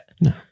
no